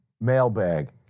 Mailbag